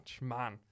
man